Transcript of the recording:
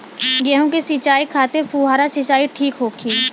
गेहूँ के सिंचाई खातिर फुहारा सिंचाई ठीक होखि?